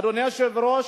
אדוני היושב-ראש,